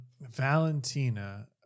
valentina